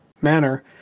manner